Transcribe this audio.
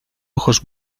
ojos